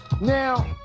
Now